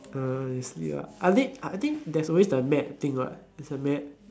uh you see ah I th~ I think there is always the mat thing [what] there is a mat